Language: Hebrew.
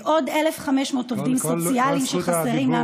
עוד 1,500 עובדים סוציאליים שחסרים,